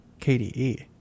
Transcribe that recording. KDE